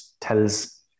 tells